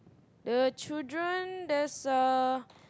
the children there's uh